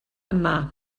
yma